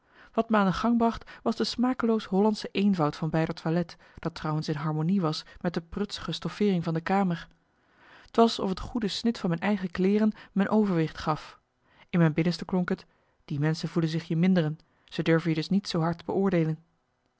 aan de gang bracht was de smakeloos hollandsche eenvoud van beider toilet dat trouwens in harmonie was met de prutsige stoffeering van de kamer t was of het goede snit van mijn eigen kleeren me een overwicht gaf in mijn binnenste klonk t die menschen voelen zich je minderen ze durven je dus niet zoo hard beoordeelen